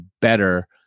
better